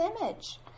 image